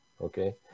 Okay